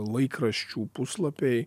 laikraščių puslapiai